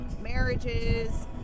marriages